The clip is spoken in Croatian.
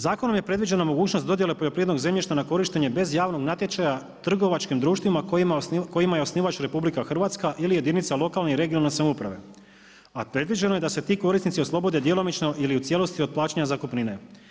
Zakonom je predviđena mogućnost dodjele poljoprivrednog zemljišta na korištenje bez javnog natječaja trgovačkim društvima kojima je osnivač RH ili jedinica lokalne i regionalne samouprave, a predviđeno je da se ti korisnici oslobode djelomično ili u cijelosti od plaćanja zakupnine.